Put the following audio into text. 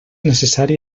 necessari